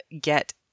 get